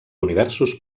universos